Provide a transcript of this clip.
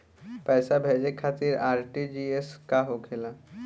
पैसा भेजे खातिर आर.टी.जी.एस का होखेला?